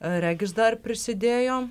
regis dar prisidėjo